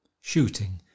Shooting